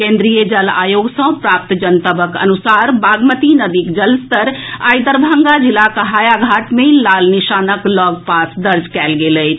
केंद्रीय जल आयोग सँ प्राप्त जनतबक अनुसार बागमती नदीक जलस्तर आइ दरभंगा जिलाक हायाघाट मे लाल निशानक लऽग पास दर्ज कएल गेल अछि